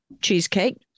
cheesecake